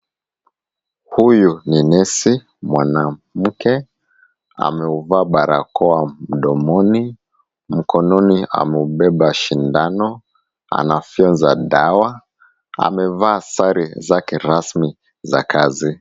Huyu ni nesi mwanamke, ameuvaa barakoa mdomoni, mkononi ameubeba shindano, anafyoza dawa. Amevaa sare zake rasmi za kazi.